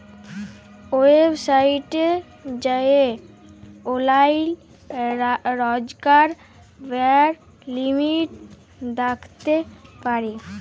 ওয়েবসাইটে যাঁয়ে অললাইল রজকার ব্যয়ের লিমিট দ্যাখতে পারি